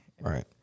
Right